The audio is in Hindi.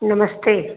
नमस्ते